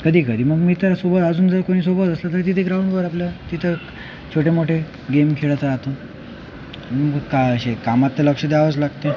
कधी कधी मग मित्र सोबत अजून जर कोणी सोबत असलं तर तिथे ग्राउंडवर आपलं तिथं छोटे मोठे गेम खेळत राहतो कामात तर लक्ष द्यावेच लागते